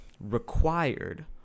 required